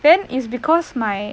then is because my